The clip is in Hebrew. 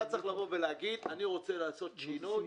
אתה צריך לבוא ולהגיד: אני רוצה לעשות שינוי,